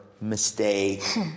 mistake